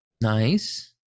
Nice